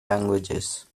languages